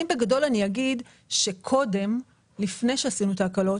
אם בגדול אני אומר שקודם לפני שעשינו את ההקלות,